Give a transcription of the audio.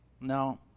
No